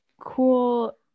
cool